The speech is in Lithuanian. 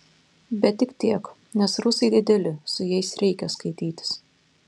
bet tik tiek nes rusai dideli su jais reikia skaitytis